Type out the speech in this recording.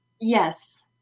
Yes